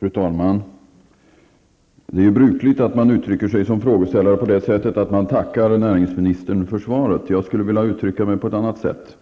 Fru talman! Det är ju brukligt att man som frågeställare tackar näringsministern för svaret. Jag skulle vilja uttrycka mig på ett annat sätt: